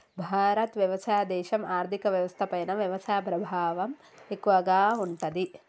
భారత్ వ్యవసాయ దేశం, ఆర్థిక వ్యవస్థ పైన వ్యవసాయ ప్రభావం ఎక్కువగా ఉంటది